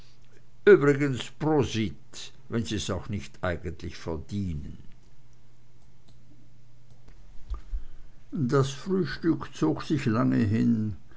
übrigens prosit wenn sie's auch eigentlich nicht verdienen das frühstück zog sich lange hin